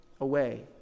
away